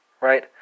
right